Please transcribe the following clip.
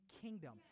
kingdom